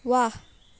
वा